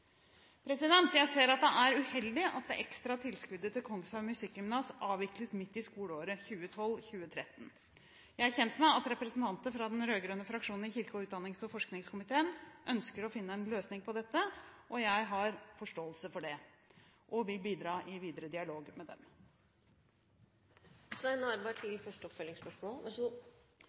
Jeg ser at det er uheldig at det ekstra tilskuddet til Kongshaug Musikkgymnas avvikles midt i skoleåret 2012–2013. Jeg er kjent med at representanter fra den rød-grønne fraksjonen i kirke-, utdannings- og forskningskomiteen ønsker å finne en løsning på dette, og jeg har forståelse for det og vil bidra i videre dialog med dem. Takk for svaret, som for så